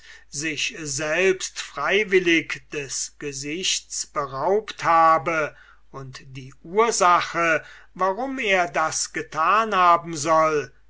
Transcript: sich selbst freiwillig des gesichts beraubt habe und die ursachen warum er es getan haben soll